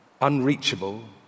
unreachable